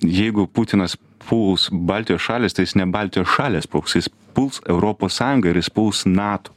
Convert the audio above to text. jeigu putinas puls baltijos šalis tai jis ne baltijos šalis puls jis puls europos sąjungą ir jis puls nato